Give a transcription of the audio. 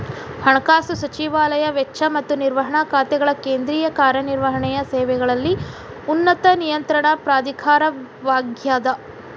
ಹಣಕಾಸು ಸಚಿವಾಲಯ ವೆಚ್ಚ ಮತ್ತ ನಿರ್ವಹಣಾ ಖಾತೆಗಳ ಕೇಂದ್ರೇಯ ಕಾರ್ಯ ನಿರ್ವಹಣೆಯ ಸೇವೆಗಳಲ್ಲಿ ಉನ್ನತ ನಿಯಂತ್ರಣ ಪ್ರಾಧಿಕಾರವಾಗ್ಯದ